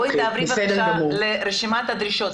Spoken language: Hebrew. תעברי, בבקשה, לרשימת הדרישות.